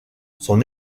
son